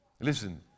Listen